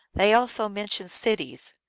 they also mention cities.